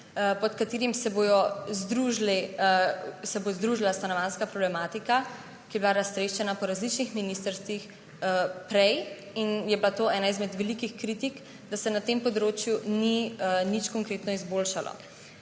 pod katerim se bo združila stanovanjska problematika, ki je bila prej raztreščena po različnih ministrstvih, in je bila ena izmed velikih kritik, da se na tem področju ni nič konkretno izboljšalo.